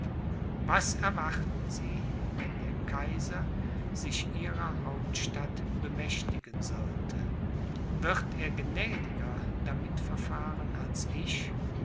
was erwarten sie wenn der kaiser sich ihrer hauptstadt bemächtigen sollte wird er gnädiger damit verfahren als ich